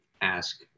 ask